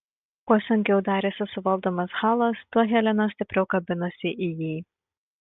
kuo sunkiau darėsi suvaldomas halas tuo helena stipriau kabinosi į jį